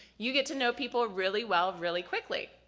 you get to know people really well really quickly.